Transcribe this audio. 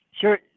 Sure